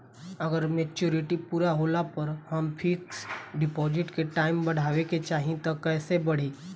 अगर मेचूरिटि पूरा होला पर हम फिक्स डिपॉज़िट के टाइम बढ़ावे के चाहिए त कैसे बढ़ी?